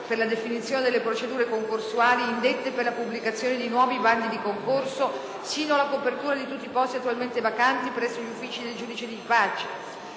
per la definizione delle procedure concorsuali indette per la pubblicazione di nuovi bandi di concorso sino alla copertura di tutti i posti attualmente vacanti presso gli uffici del giudice di pace;